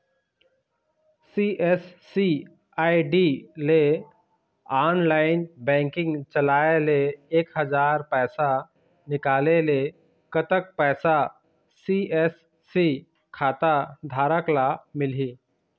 CSC ID ले online banking चलाए ले एक हजार पैसा निकाले ले कतक पैसा सी.एस.सी खाता धारक ला मिलही?